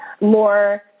more